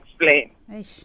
explain